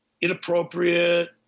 inappropriate